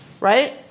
right